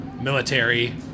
military